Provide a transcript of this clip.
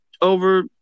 over